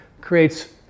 creates